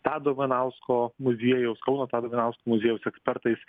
tado ivanausko muziejaus kauno tado ivanausko muziejaus ekspertais